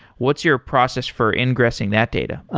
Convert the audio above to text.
what's your process for ingressing that data?